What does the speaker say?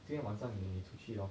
今天晚上你你出去 orh